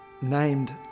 named